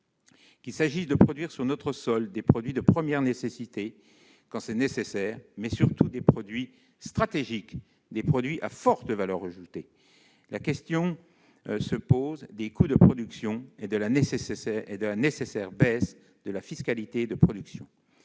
Que l'on veuille produire sur notre sol des produits de première nécessité, quand c'est indispensable, ou surtout des produits stratégiques à forte valeur ajoutée, la question des coûts de production et de la nécessaire baisse de la fiscalité de production